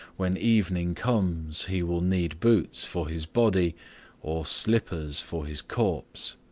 when evening comes, he will need boots for his body or slippers for his corpse.